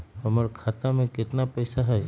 हमर खाता में केतना पैसा हई?